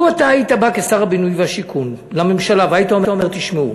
לו אתה היית בא כשר הבינוי והשיכון לממשלה והיית אומר: תשמעו,